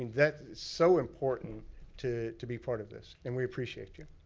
that's so important to to be part of this. and we appreciate you.